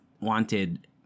wanted